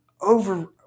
over